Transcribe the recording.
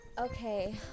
Okay